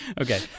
Okay